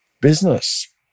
Business